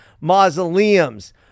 mausoleums